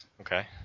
Okay